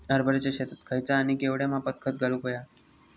हरभराच्या शेतात खयचा आणि केवढया मापात खत घालुक व्हया?